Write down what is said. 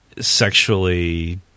sexually